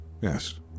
Yes